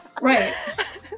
right